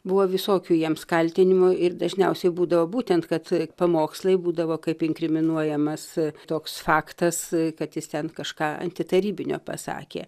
buvo visokių jiems kaltinimų ir dažniausiai būdavo būtent kad pamokslai būdavo kaip inkriminuojamas toks faktas kad jis ten kažką antitarybinio pasakė